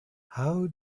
how